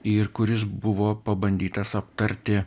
ir kuris buvo pabandytas aptarti